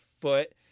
foot